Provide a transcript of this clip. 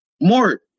more